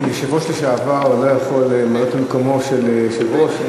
יושב-ראש לשעבר לא יכול למלא את מקומו של היושב-ראש?